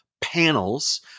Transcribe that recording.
panels